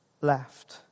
left